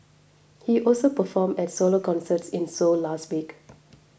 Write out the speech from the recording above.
he also performed at solo concerts in Seoul last week